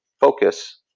focus